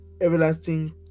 everlasting